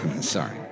Sorry